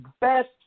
best